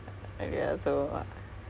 your boyfriend what race